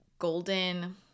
golden